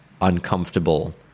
uncomfortable